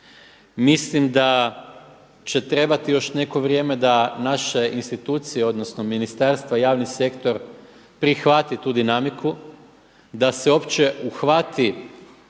Mislim da će trebati još neko vrijeme da naše institucije, odnosno ministarstva i javni sektor prihvati tu dinamiku, da se uopće uhvati